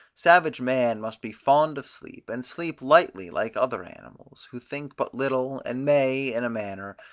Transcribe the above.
savage man must be fond of sleep, and sleep lightly like other animals, who think but little, and may, in a manner,